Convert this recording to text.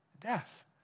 death